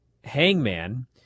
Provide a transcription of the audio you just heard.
Hangman